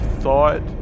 thought